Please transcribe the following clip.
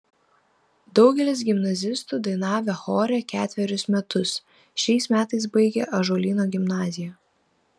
daugelis gimnazistų dainavę chore ketverius metus šiais metais baigia ąžuolyno gimnaziją